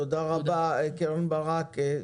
תודה רבה קרן ברק.